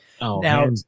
Now